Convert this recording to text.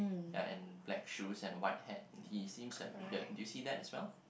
and and black shoes and white hat he seems to have a beard you see that as well